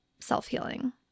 self-healing